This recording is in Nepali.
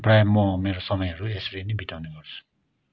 प्राय म मेरो समयहरू यसरी नै बिताउने गर्छु